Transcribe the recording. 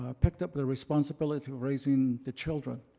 ah picked up the responsibility of raising the children.